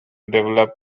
develop